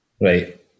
Right